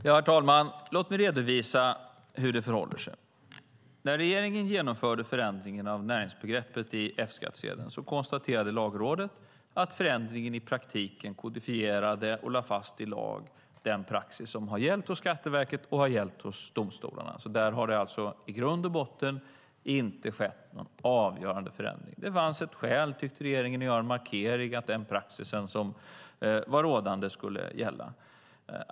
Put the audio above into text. Herr talman! Låt mig redovisa hur det förhåller sig. När regeringen genomförde förändringen av näringsbegreppet i F-skattsedeln konstaterade Lagrådet att förändringen i praktiken kodifierade och lade fast i lag den praxis som har gällt hos Skatteverket och i domstolarna. Där har det alltså i grund och botten inte skett någon avgörande förändring. Regeringen tyckte att det fanns ett skäl att göra en markering att den praxis som var rådande skulle gälla.